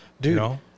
Dude